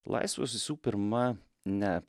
laisvus visų pirma ne